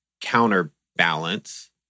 counterbalance